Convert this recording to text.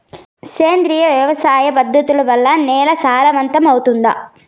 సేంద్రియ వ్యవసాయ పద్ధతుల వల్ల, నేల సారవంతమౌతుందా?